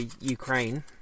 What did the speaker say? Ukraine